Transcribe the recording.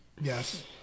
yes